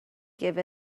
give